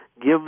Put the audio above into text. Give